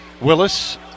Willis